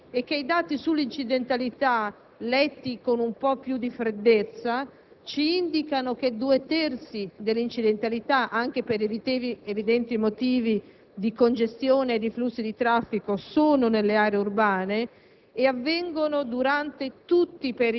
neanche quella dell'esodo estivo, e che i dati sull'incidentalità, letti con un po' più di freddezza, indicano che due terzi degli incidenti, anche per evidenti motivi di congestione dei flussi, e quindi di traffico, si verificano nelle aree urbane